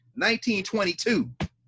1922